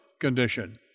condition